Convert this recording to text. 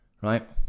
right